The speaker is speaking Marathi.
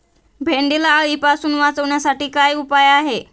भेंडीला अळीपासून वाचवण्यासाठी काय उपाय आहे?